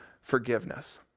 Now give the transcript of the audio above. forgiveness